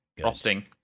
frosting